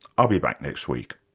i'll be back next week